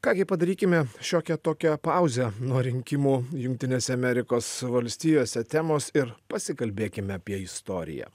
ką gi padarykime šiokią tokią pauzę nuo rinkimų jungtinėse amerikos valstijose temos ir pasikalbėkime apie istoriją